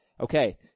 Okay